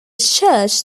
church